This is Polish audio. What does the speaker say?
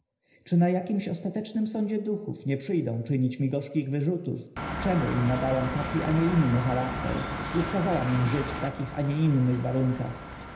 na akimś ostatecznym sądzie duchów nie przy dą czynić mi gorzkich wyrzutów czemu im nadałam taki a nie inny charakter lub kazałam im żyć w takich a nie innych warunkach